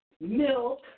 milk